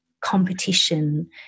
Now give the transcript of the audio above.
competition